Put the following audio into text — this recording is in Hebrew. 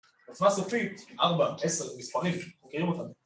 עוצמה סופית: ארבע, עשר. מספרים. אנחנו מכירים אותם.